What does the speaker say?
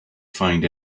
find